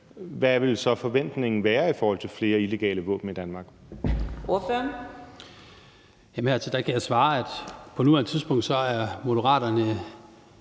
hvad ville forventningen så være i forhold til flere illegale våben i Danmark?